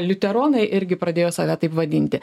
liuteronai irgi pradėjo save taip vadinti